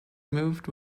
moved